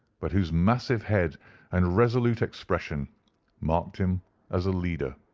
but whose massive head and resolute expression marked him as a leader.